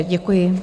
Děkuji.